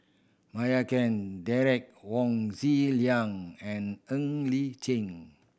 Meira Chand Derek Wong Zi Liang and Ng Li Chin